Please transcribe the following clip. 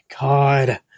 God